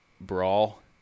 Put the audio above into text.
brawl